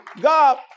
God